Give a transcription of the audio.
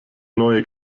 neue